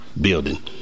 building